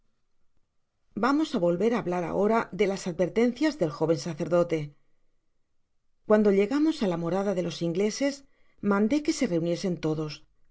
vamos á volver hablar ahora de las advertencias del jóven sacerdote cuando llegamos á la morada de los io gleses mandé que se reuniesen todos